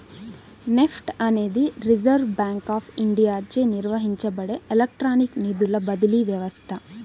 NEFT అనేది reserve bank of ఇండియాచే నిర్వహించబడే ఎలక్ట్రానిక్ నిధుల బదిలీ వ్యవస్థ